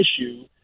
issue